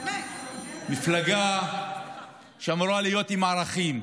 מפלגה שאמורה להיות עם ערכים,